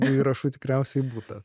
įrašų tikriausiai būta